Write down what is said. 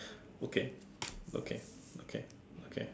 okay okay okay okay